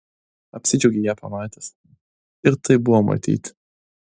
apsidžiaugei ją pamatęs ir tai buvo matyti